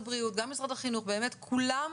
זה כמובן דיון ראשון שאנחנו רק מתחילים להציף את הדברים,